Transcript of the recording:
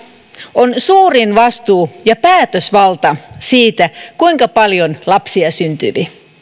on suurin vastuu ja päätösvalta siitä kuinka paljon lapsia syntyy